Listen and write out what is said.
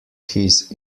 his